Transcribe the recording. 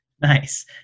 nice